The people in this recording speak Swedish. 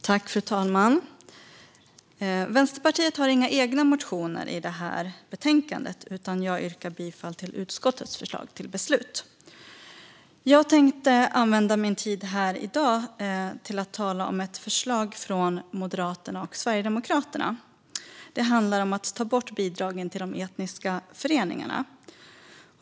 Fru talman! Vänsterpartiet har inga egna motioner i det här betänkandet, utan jag yrkar bifall till utskottets förslag till beslut. Jag vill använda min tid här i dag till att tala om ett förslag från Moderaterna och Sverigedemokraterna. Det handlar om att ta bort bidragen till de etniska föreningarna.